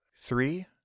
Three